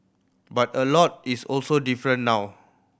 but a lot is also different now